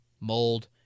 mold